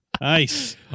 Nice